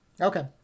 okay